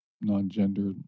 non-gender